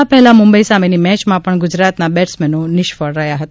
આ પહેલા મુંબઇ સામેની મેચમાં પણ ગુજરાતના બેટસમેનો નિષ્ફળ રહ્યા હતા